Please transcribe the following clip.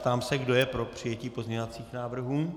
Ptám se, kdo je pro přijetí pozměňovacích návrhů.